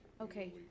Okay